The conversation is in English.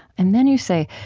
and then you say,